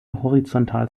horizontal